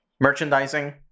Merchandising